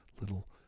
little